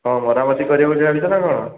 କ'ଣ ମରାମତି କରିବ ବୋଲି ଆଣିଛ ନା କ'ଣ